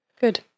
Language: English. Good